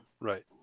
Right